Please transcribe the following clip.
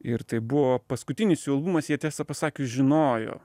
ir tai buvo paskutinis jų albumas jie tiesą pasakius žinojo